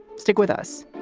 stick with us